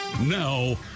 Now